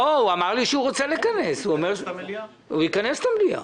הוא אמר לי שהוא רוצה, הוא יכנס את המליאה.